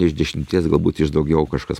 iš dešimties galbūt iš daugiau kažkas